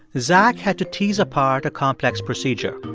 zach had to tease apart a complex procedure.